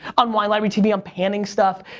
on wine library tv i'm panning stuff,